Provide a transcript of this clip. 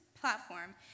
platform